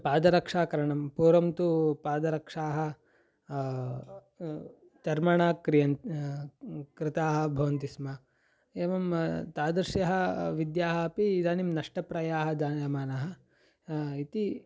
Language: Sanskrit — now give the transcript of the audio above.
पादरक्षाकरणं पूर्वं तु पादरक्षाः चर्मणा क्रियमाणाः कृताः भवन्ति स्म एवं तादृश्यः विद्याः अपि इदानीं नष्टप्रायाः जायमानाः इति